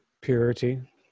Purity